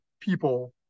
people